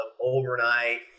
overnight